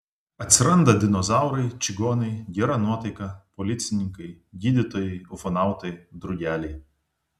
atsiranda dinozaurai čigonai gera nuotaika policininkai gydytojai ufonautai drugeliai